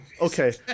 Okay